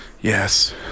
Yes